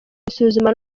gusuzuma